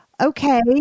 Okay